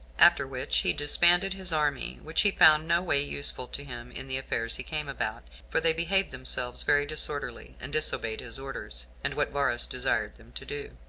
after which he disbanded his army, which he found no way useful to him in the affairs he came about for they behaved themselves very disorderly, and disobeyed his orders, and what varus desired them to do,